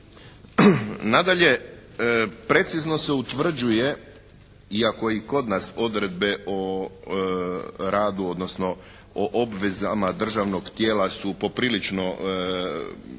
Nadalje precizno se utvrđuje iako i kod nas odredbe o radu odnosno o obvezama državnog tijela su poprilično dobro